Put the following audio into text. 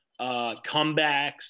comebacks